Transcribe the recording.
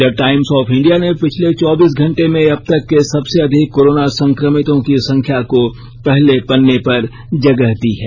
the Times of India ने पिछले चौबीस घंटे में अब तक के सबसे अधिक कोरोना संक्रमितों की संख्या को पहले पन्ने पर जगह दी है